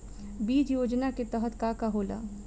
बीज योजना के तहत का का होला?